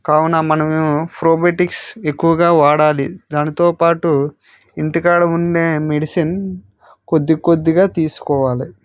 కావున మనము ప్రోబెటిక్స్ ఎక్కువగా వాడాలి దానితో పాటు ఇంటికాడ ఉండే మెడిసిన్ కొద్దీ కొద్దిగా తీసుకోవాలి